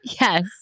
Yes